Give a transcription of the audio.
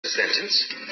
sentence